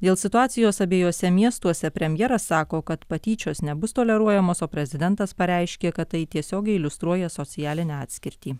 dėl situacijos abiejuose miestuose premjeras sako kad patyčios nebus toleruojamos o prezidentas pareiškė kad tai tiesiogiai iliustruoja socialinę atskirtį